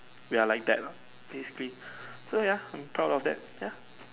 we are like that ah basically so ya I'm proud of that ya